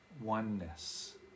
oneness